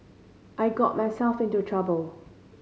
I got myself into trouble